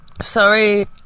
Sorry